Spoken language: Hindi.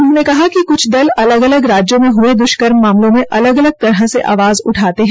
उन्होंने कहा कि कुछ दल अलग अलग राज्यों में हुए दुष्कर्म के मामलों में अलग अलग तरह से आवाज उठाते हैं